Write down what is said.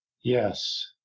Yes